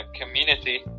community